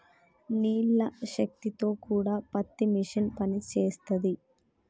నీళ్ల శక్తి తో కూడా పత్తి మిషన్ పనిచేస్తది